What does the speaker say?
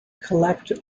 collect